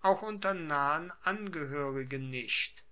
auch unter nahen angehoerigen nicht